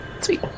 Sweet